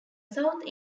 south